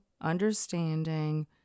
understanding